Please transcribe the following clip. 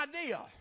idea